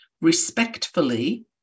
respectfully